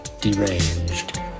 deranged